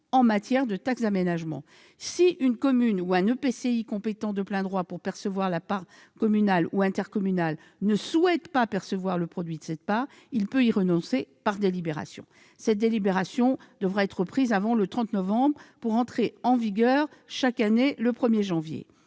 en matière de taxe d'aménagement. Si une commune ou un EPCI compétents de plein droit pour percevoir la part communale ou intercommunale ne souhaitent pas percevoir le produit de cette part, ils peuvent y renoncer par délibération. Cette délibération devra être prise avant le 30 novembre pour entrer en vigueur chaque année le 1 janvier.